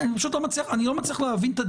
יכול להיות שאת זה צריך להגיד באופן ברור יותר